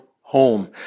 home